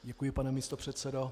Děkuji, pane místopředsedo.